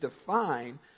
define